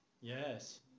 Yes